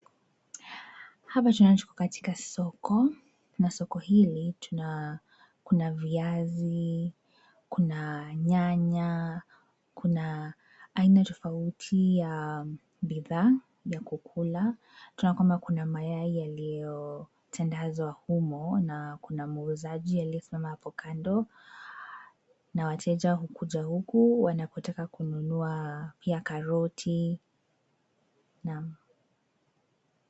Hapa tunaona tuko katika soko, na soko hili, kuna viazi, kuna nyanya, kuna aina tofauti ya bidhaa ya kukula. Tunaona yakwamba kuna mayai yaliyo tandazwa humo, na kuna muuzaji aliyesimama hapo kando na wateja hukuja huku wanapotaka kununua pia karoti.